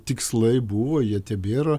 tikslai buvo jie tebėra